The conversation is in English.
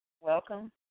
welcome